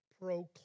proclaim